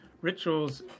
rituals